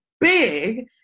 big